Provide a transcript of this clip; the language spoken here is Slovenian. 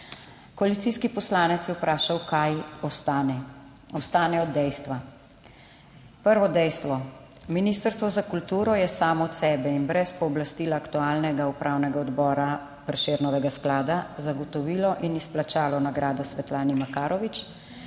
Koalicijski poslanec je vprašal kaj ostane, ostanejo dejstva. Prvo dejstvo, Ministrstvo za kulturo je samo od sebe in brez pooblastila aktualnega Upravnega odbora Prešernovega sklada zagotovilo in izplačalo nagrado Svetlani Makarovič,